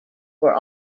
were